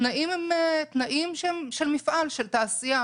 התנאים הם של מפעל, של תעשייה.